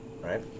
right